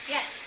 Yes